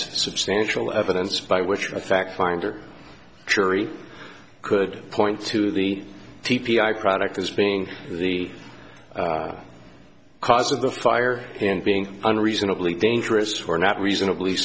substantial evidence by which a fact finder jury could point to the t p i product as being the cause of the fire and being unreasonably dangerous for not reasonably